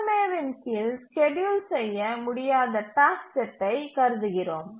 ஏ இன் கீழ் ஸ்கேட்யூல் செய்ய முடியாத டாஸ்க் செட்டை கருதுகிறோம்